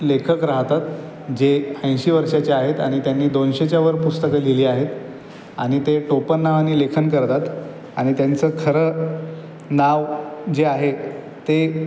लेखक राहतात जे ऐंशी वर्षाचे आहेत आणि त्यांनी दोनशेच्या वर पुस्तकं लिहिली आहेत आणि ते टोपणनावाने लेखन करतात आणि त्यांचं खरं नाव जे आहे ते